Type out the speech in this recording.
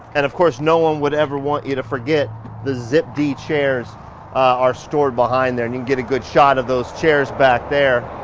and of course no one would ever want you to forget the zip d chairs are stored behind there. and you can get a good shot of those chairs back there.